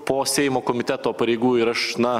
po seimo komiteto pareigų ir aš na